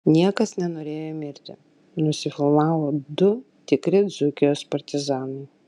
niekas nenorėjo mirti nusifilmavo du tikri dzūkijos partizanai